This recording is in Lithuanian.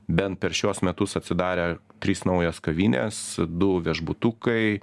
bent per šiuos metus atsidarė trys naujos kavinės du viešbutukai